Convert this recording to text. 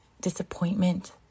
disappointment